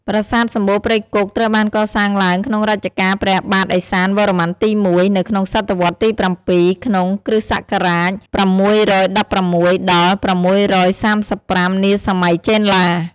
ប្រាសាទសម្បូរព្រៃគុក ត្រូវបានកសាងឡើងក្នុងរជ្ជកាលព្រះបាទឥសានវរ្ម័នទី១ នៅក្នុងសតវត្សរ៍ទី៧ ក្នុង គ្រិស្តសករាជ ៦១៦ ដល់ ៦៣៥ នាសម័យចេនឡា។